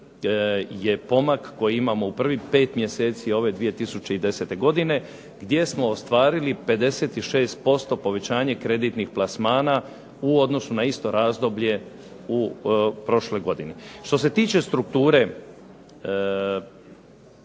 je pomak koji imamo u prvih pet mjeseci ove 2010. godine gdje smo ostvarili 56% povećanje kreditnih plasmana u odnosu na isto razdoblje u prošloj godini. Što se tiče strukture